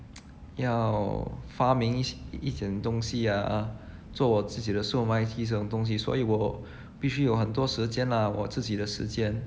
要发明一 s~ 一点东西 ah 做我自己的售卖机这种东西所以我必须有很多时间 lah 我自己的时间